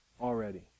already